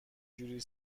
جوری